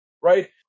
right